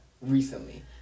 Recently